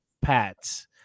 pats